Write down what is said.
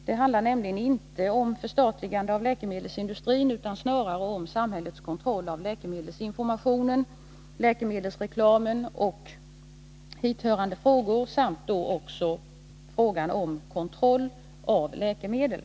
Det handlar nämligen inte om förstatligande av läkemedelsindustrin utan snarare om samhällets kontroll av läkemedelsinformationen, läkemedelsreklamen och hithörande frågor samt då också frågan om kontroll av läkemedel.